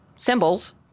symbols